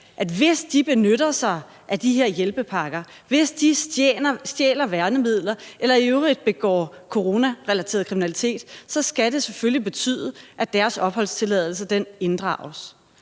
misbruger de der hjælpepakker, hvis de stjæler værnemidler eller i øvrigt begår coronarelateret kriminalitet, så skal det selvfølgelig betyde, at deres opholdstilladelse inddrages.